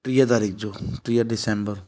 टीह तारीख़ जो टीह डिसंबर